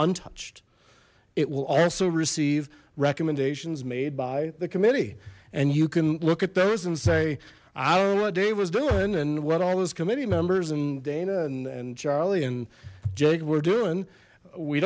untouched it will also receive recommendations made by the committee and you can look at those and say i don't know what dave was doing and what all those committee members and dana and charlie and jake we're doing we